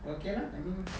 okay lah I mean